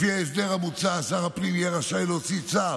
לפי ההסדר המוצע, שר הפנים יהיה רשאי להוציא צו